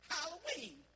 Halloween